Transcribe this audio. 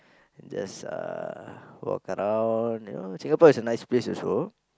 just uh walk around you know Singapore is a nice place also